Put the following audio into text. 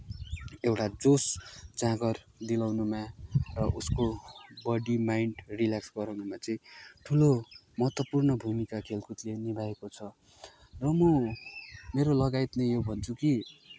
एउटा जोस जाँगर दिलाउनुमा र उसको बोडी माइन्ड रिलेक्स गराउनुमा चाहिँ ठुलो महत्त्वपूर्ण भूमिका खेलकुदले निभाएको छ र म मेरो लगायतले यो भन्छु कि